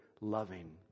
loving